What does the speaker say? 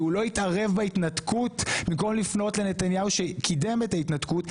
הוא לא התערב בהתנתקות במקום לפנות לנתניהו שקידם את ההתנתקות.